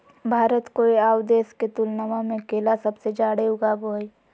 भारत कोय आउ देश के तुलनबा में केला सबसे जाड़े उगाबो हइ